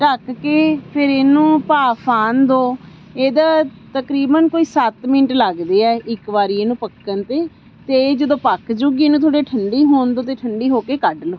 ਢੱਕ ਕੇ ਫਿਰ ਇਹਨੂੰ ਭਾਫ਼ ਆਉਣ ਦਿਉ ਇਹਦਾ ਤਕਰੀਬਨ ਕੋਈ ਸੱਤ ਮਿੰਟ ਲੱਗਦੇ ਆ ਇੱਕ ਵਾਰੀ ਇਹਨੂੰ ਪੱਕਣ 'ਤੇ ਅਤੇ ਇਹ ਜਦੋਂ ਪੱਕ ਜੂਗੀ ਇਹਨੂੰ ਥੋੜ੍ਹੇ ਠੰਡੀ ਹੋਣ ਦਿਉ ਅਤੇ ਠੰਡੀ ਹੋ ਕੇ ਕੱਢ ਲਉ